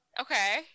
Okay